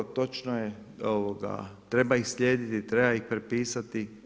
Točno je treba ih slijediti, treba ih prepisati.